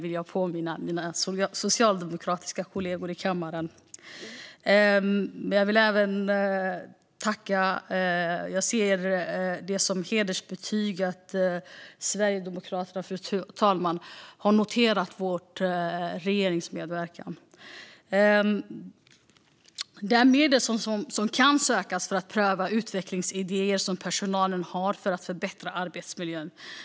Jag vill påminna mina socialdemokratiska kollegor i kammaren om detta. Och, fru talman, jag ser det som en hedersbetygelse att Sverigedemokraterna har noterat vår regeringsmedverkan. Detta är medel som kan sökas för att pröva utvecklingsidéer som personalen har för att förbättra arbetsmiljön.